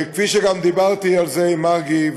כפי שדיברתי על זה עם מרגי,